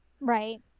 Right